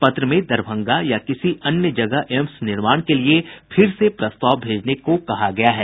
पत्र में दरभंगा या किसी अन्य जगह एम्स निर्माण के लिए फिर से प्रस्ताव भेजने को कहा गया है